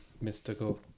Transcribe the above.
mystical